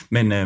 Men